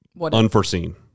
unforeseen